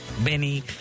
Benny